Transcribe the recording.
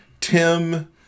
Tim